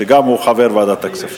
שגם הוא חבר ועדת הכספים.